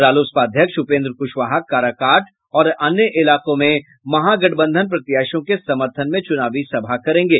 रालोसपा अध्यक्ष उपेन्द्र कुशवाहा काराकाट और अन्य इलाकों में महागठबंधन प्रत्याशियों क समर्थन में चुनावी सभा करेंगे